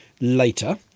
later